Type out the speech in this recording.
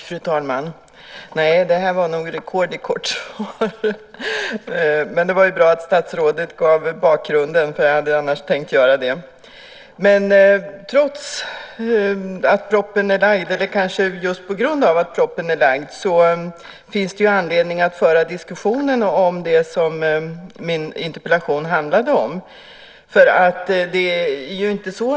Fru talman! Det här var nog rekord i kort svar. Men det var bra att statsrådet gav bakgrunden. Jag hade annars tänkt göra det. Just därför att propositionen har lagts fram finns det anledning att föra diskussion om det som min interpellation handlade om.